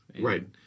Right